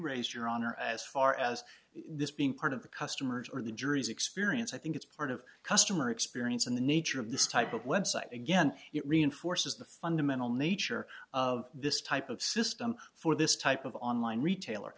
raised your honor as far as this being part of the customer's or the jury's experience i think it's part of customer experience and the nature of this type of website again it reinforces the fundamental nature of this type of system for this type of online retailer